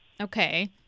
Okay